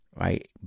right